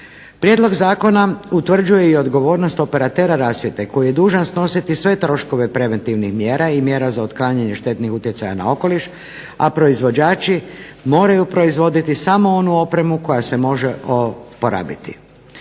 Prijedlog zakona utvrđuje i odgovornost operatera rasvjete koji je dužan snositi sve troškove preventivnih mjera i mjera za otklanjanje štetnih utjecaja na okoliš a proizvođači moraju proizvoditi samo onu opremu koja se može uporabiti.